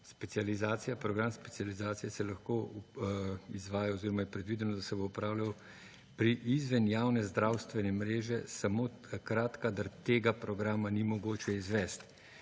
program specializacije se lahko izvaja oziroma je predvideno, da se bo opravljal pri izven javne zdravstvene mreže samo takrat, kadar tega programa ni mogoče izvesti.